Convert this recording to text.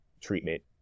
treatment